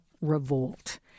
revolt